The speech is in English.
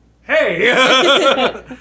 hey